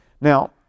Now